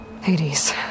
Hades